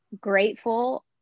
grateful